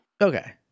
Okay